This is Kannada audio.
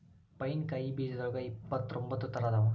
ಪೈನ್ ಕಾಯಿ ಬೇಜದೋಳಗ ಇಪ್ಪತ್ರೊಂಬತ್ತ ತರಾ ಅದಾವ